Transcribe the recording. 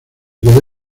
quedó